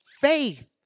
Faith